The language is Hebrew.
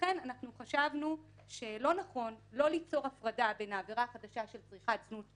לכן חשבנו שלא נכון לא ליצור הפרדה בין העבירה החדשה של צריכת זנות,